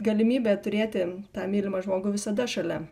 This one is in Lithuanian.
galimybę turėti tą mylimą žmogų visada šalia